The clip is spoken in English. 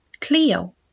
Cleo